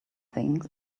things